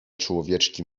człowieczki